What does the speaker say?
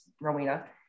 Rowena